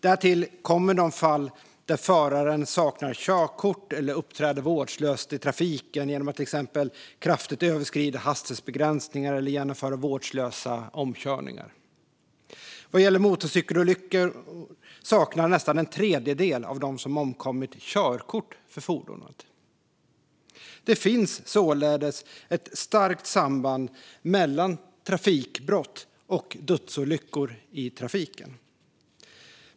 Därtill kommer de fall där föraren saknar körkort eller uppträder vårdslöst i trafiken genom att till exempel kraftigt överskrida hastighetsbegränsningar eller genomföra vårdslösa omkörningar. Vad gäller motorcykelolyckor saknar nästan en tredjedel av dem som omkommit körkort för fordonet. Det finns således ett starkt samband mellan trafikbrott och dödsolyckor i trafiken.